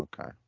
Okay